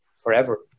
forever